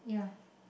yeah